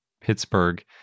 Pittsburgh